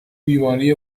بیماری